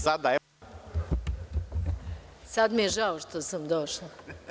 Sada mi je žao što sam došla.